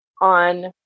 on